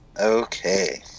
Okay